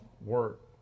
work